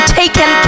taken